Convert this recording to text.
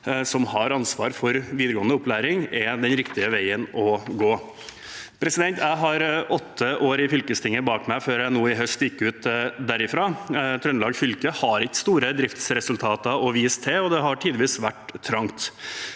som har ansvaret for videregående opplæring, er den riktige veien å gå. Jeg har åtte år i fylkestinget bak meg før jeg nå i høst gikk ut derfra. Trøndelag fylke har ikke store driftsresultater å vise til, og det har tidvis vært trangt,